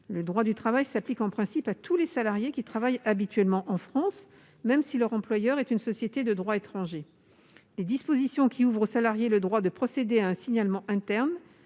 le droit du travail s'applique à tous les salariés travaillant habituellement en France, même si leur employeur est une société de droit étranger. Les dispositions ouvrant aux salariés le droit de procéder à un signalement interne